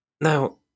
Now